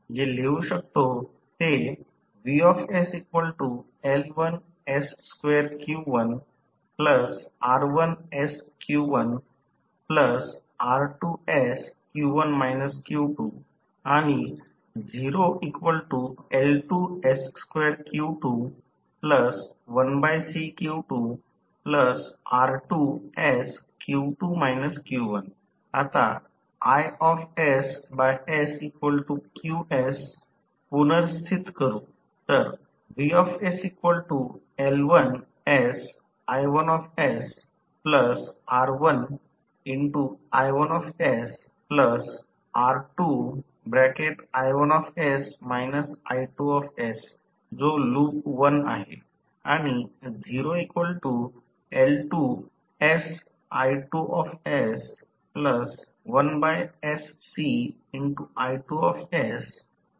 तर आपण जे लिहू शकतो ते आता पुनर्स्थित करू